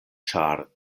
ĉar